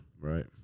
Right